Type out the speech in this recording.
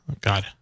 God